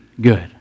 good